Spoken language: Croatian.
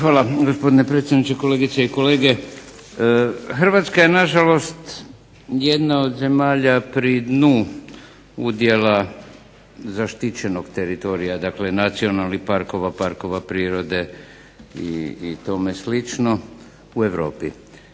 Hvala gospodine predsjedniče, kolegice i kolege. Hrvatska je na žalost jedna od zemalja pri dnu udjela zaštićenog teritorija, dakle nacionalnih parkova, parkova prirode i tome slično u Europi.